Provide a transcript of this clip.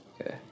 Okay